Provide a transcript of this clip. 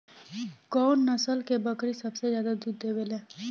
कउन नस्ल के बकरी सबसे ज्यादा दूध देवे लें?